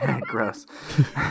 Gross